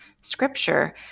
scripture